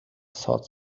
thought